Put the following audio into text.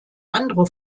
andere